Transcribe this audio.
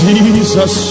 Jesus